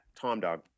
TomDog